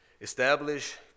Establish